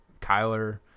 Kyler